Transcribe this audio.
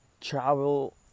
travel